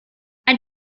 ein